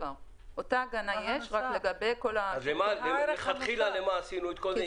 אותה הגנה יש --- אז מלכתחילה למה עשינו את כל זה?